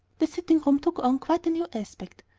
the sitting-room took on quite a new aspect,